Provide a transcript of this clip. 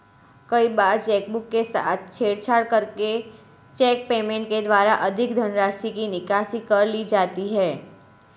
कई बार चेकबुक के साथ छेड़छाड़ करके चेक पेमेंट के द्वारा अधिक धनराशि की निकासी कर ली जाती है